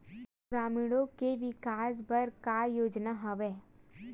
ग्रामीणों के विकास बर का योजना हवय?